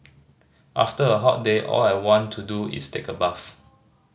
after a hot day all I want to do is take a bath